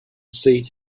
see